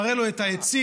מראה לו את העצים,